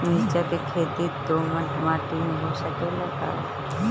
मिर्चा के खेती दोमट माटी में हो सकेला का?